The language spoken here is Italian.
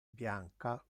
bianca